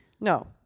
No